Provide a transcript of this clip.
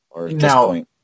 Now